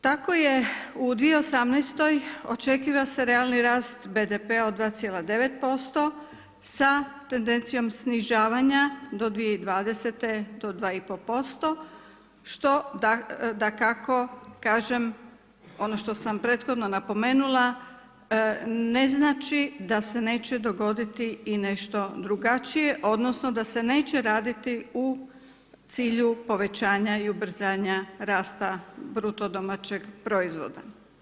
Tako je u 2018. očekiva se realni rast BDP-a od 2,9% sa tendencijom snižavanja do 2020. do 2 i pol posto što dakako kažem ono što sam prethodno napomenula ne znači da se neće dogoditi i nešto drugačije, odnosno da se neće raditi u cilju povećanja i ubrzanja rasta bruto domaćeg proizvoda.